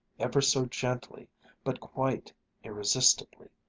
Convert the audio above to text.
ever so gently but quite irresistibly,